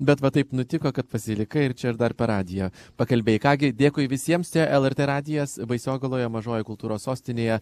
bet va taip nutiko kad pasilikai ir čia ir dar per radiją pakalbėjai ką gi dėkui visiems tai lrt radijas baisogaloje mažoji kultūros sostinėje